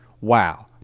Wow